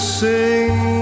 sing